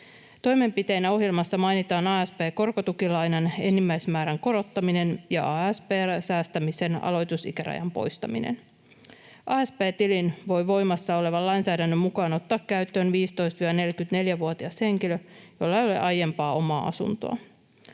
Toimenpiteenä ohjelmassa mainitaan asp-korkotukilainan enimmäismäärän korottaminen ja asp-säästämisen aloitusikärajan poistaminen. Asp-tilin voi voimassa olevan lainsäädännön mukaan ottaa käyttöön 15—44-vuotias henkilö, jolla ei ole aiempaa omaa asuntoa.